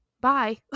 Bye